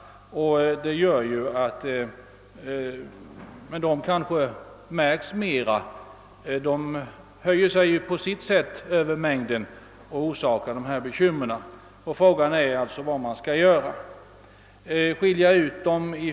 Dessa elever märks mer än andra och höjer sig på sitt sätt över mängden genom att de förorsakar bekymmer. Frågan är vad man skall göra.